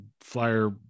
flyer